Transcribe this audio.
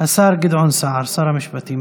השר גדעון סער, שר המשפטים.